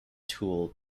tool